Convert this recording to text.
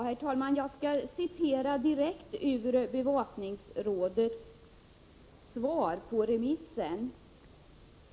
Herr talman! Låt mig citera direkt ur Bevakningsrådets svar på remissen.